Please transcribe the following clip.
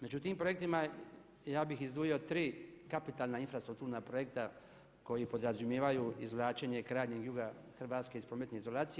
Među tim projektima ja bih izdvojio tri kapitalna infrastrukturna projekta koji podrazumijevaju izvlačenje krajnjeg juga Hrvatske iz prometne izolacije.